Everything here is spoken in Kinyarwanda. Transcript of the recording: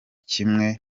kimwe